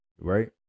Right